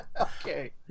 Okay